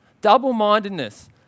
Double-mindedness